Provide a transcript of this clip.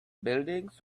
buildings